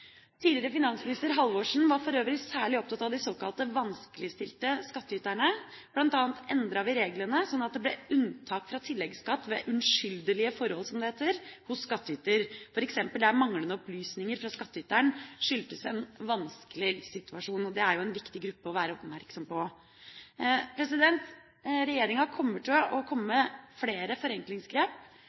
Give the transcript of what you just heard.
Tidligere finansminister Halvorsen var for øvrig særlig opptatt av de såkalte vanskeligstilte skattyterne. Blant annet endret vi reglene, slik at det ble unntak fra tilleggsskatt ved «unnskyldelige forhold», som det heter, hos skattyter, f.eks. der manglende opplysninger fra skattyteren skyldtes en vanskelig livssituasjon. Det er jo en viktig gruppe å være oppmerksom på. Regjeringa kommer til å komme med flere forenklingsgrep